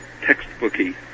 textbooky